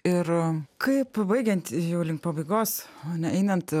ir kaip baigiant jau link pabaigos o ne einant